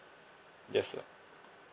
yes sir